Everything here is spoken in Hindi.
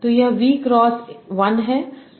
तो यह वी क्रॉस 1 है